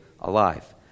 alive